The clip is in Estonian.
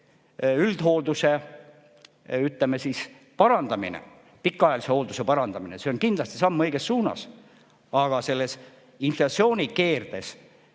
üldhoolduse, ütleme, parandamine, pikaajalise hoolduse parandamine on kindlasti samm õiges suunas, aga selles inflatsioonikeerus